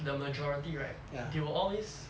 the majority right they will always